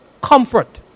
comfort